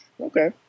Okay